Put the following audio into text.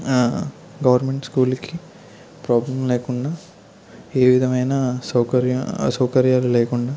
government స్కూల్కి problem లేకుండా ఏ విధమైన సౌకర్యం అసౌకర్యాలు లేకుండా